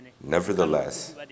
Nevertheless